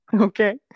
Okay